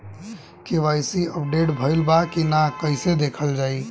KYC update भइल बा कि ना कइसे देखल जाइ?